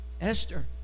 Esther